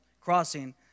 crossing